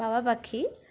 বাবা পাখি